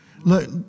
Look